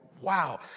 Wow